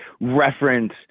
reference